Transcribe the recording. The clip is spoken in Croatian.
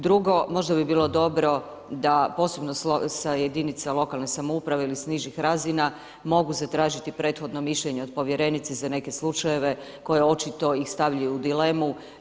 Drugo, možda bi bilo dobro, da posebno sa jedinice lokalne samouprave, ili s nižih razina mogu se tražiti prethodno mišljenje od povjerenice za neke slučajeve koje očito ih stavljaju u dilemu.